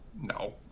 No